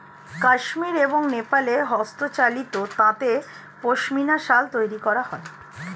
কাশ্মীর এবং নেপালে হস্তচালিত তাঁতে পশমিনা শাল তৈরি করা হয়